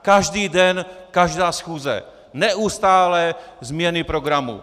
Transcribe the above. Každý den, každá schůze, neustále změny programu.